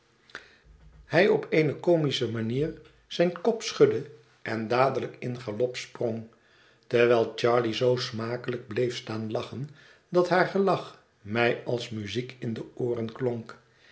hij op eene comische manier zijn kop schudde en dadelijk in galop sprong terwijl charley zoo smakelijk bleef staan lachen dat haar gelach mij als muziek in de ooren klonk